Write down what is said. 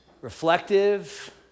reflective